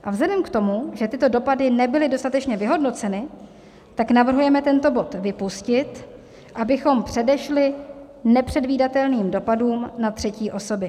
A vzhledem k tomu, že tyto dopady nebyly dostatečně vyhodnoceny, tak navrhujeme tento bod vypustit, abychom předešli nepředvídatelným dopadům na třetí osoby.